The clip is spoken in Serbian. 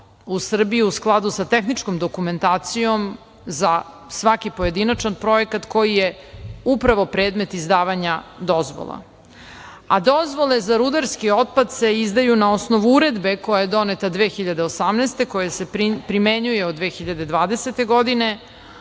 u Srbiji u skladu sa tehničkom dokumentacijom za svaki pojedinačan projekat koji je upravo predmet izdavanja dozvola. Dozvole za rudarski otpad se izdaju na osnovu Uredbe koja je doneta 2018. godine, koja se primenjuje od 2020. godine,